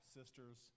sisters